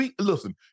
Listen